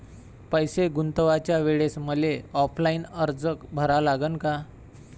पैसे गुंतवाच्या वेळेसं मले ऑफलाईन अर्ज भरा लागन का?